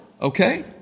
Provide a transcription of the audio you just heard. Okay